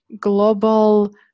global